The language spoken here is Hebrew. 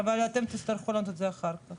אבל אתם תצטרכו לענות על זה אחר כך.